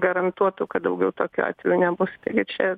garantuotų kad daugiau tokių atvejų nebus taigi čia